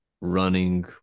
running